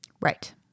Right